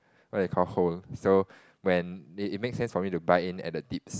what they call hold so when it makes sense for me to buy in at the dips